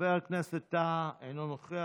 חבר הכנסת טאהא, אינו נוכח.